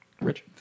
Rich